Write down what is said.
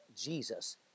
Jesus